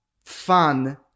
Fun